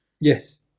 Yes